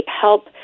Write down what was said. help